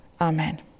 Amen